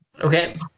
Okay